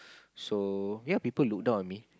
so ya people look down on me